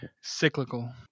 Cyclical